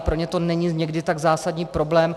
Pro ně to není někdy tak zásadní problém.